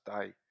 day